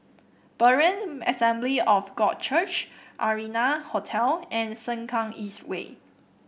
Berean Assembly of God Church Arianna Hotel and the Sengkang East Way